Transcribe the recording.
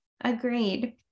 Agreed